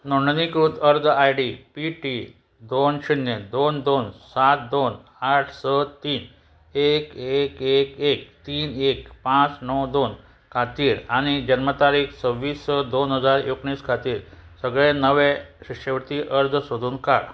नोंदणीकृत अर्ज I D P T दोन शुन्य दोन दोन सात दोन आठ स तीन एक एक एक एक तीन एक पांच णव दोन खातीर आनी जल्म तारीख सव्वीस स दोन हजार एकुणीस खातीर सगळे नवें शिश्यवृत्ती अर्ज सोदून काड